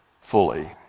fully